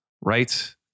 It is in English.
Right